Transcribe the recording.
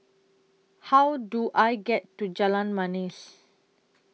How Do I get to Jalan Manis